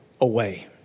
away